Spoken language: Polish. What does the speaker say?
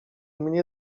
mnie